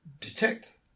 detect